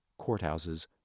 courthouses